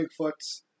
bigfoot